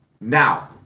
Now